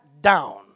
down